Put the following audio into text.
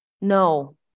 No